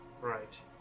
Right